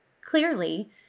clearly